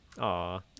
Aw